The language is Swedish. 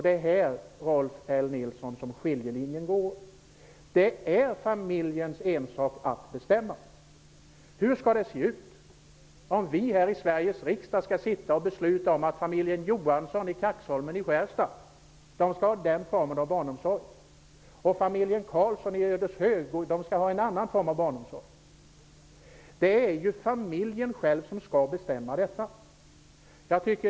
Det är här som skiljelinjen går, Det är familjens ensak att bestämma detta. Hur skulle det se ut, om vi här i Sveriges riksdag skall besluta om att familjen Johansson i Kaxholmen i Skärstad skall ha en viss form av barnomsorg medan familjen Karlsson i Ödeshög skall ha någon annan form av barnomsorg? Det är familjen själv som skall bestämma detta.